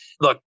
look